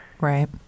right